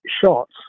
shots